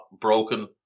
broken